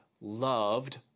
loved